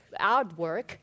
artwork